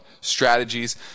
strategies